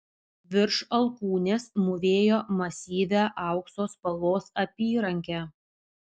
virš alkūnės mūvėjo masyvią aukso spalvos apyrankę